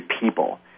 people